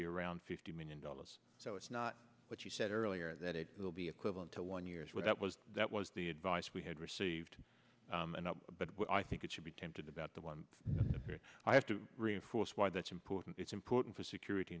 be around fifty million dollars so it's not what you said earlier that it will be equivalent to one years where that was that was the advice we had received and i think it should be tempted about the one that i have to reinforce why that's important it's important for security